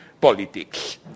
politics